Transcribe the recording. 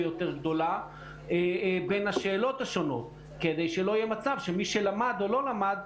יותר גדולה בין השאלות השונות כדי שלא יהיה מצב שמי שלמד או לא למד,